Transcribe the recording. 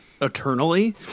eternally